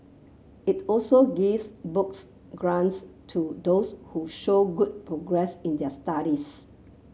it also gives book grants to those who show good progress in their studies